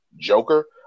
Joker